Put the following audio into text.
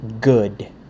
good